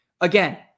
Again